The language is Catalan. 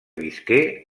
visqué